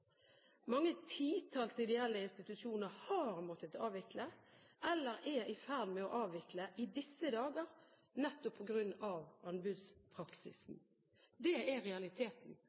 Mange titalls ideelle institusjoner har måttet avvikle eller er i ferd med å avvikle i disse dager nettopp på grunn av anbudspraksisen. Det er realiteten.